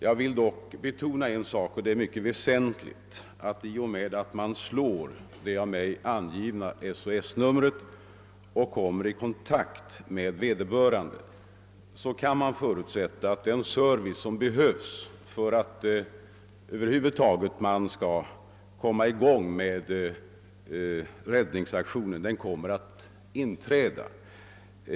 Jag vill dock betona — och det är mycket väsentligt — att i och med att man slår det av mig angivna SOS-numret och får kontakt med vederbörande kan man förutsätta att räddningsaktionen kommer i gång.